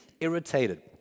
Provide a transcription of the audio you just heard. irritated